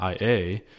IA